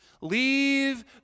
Leave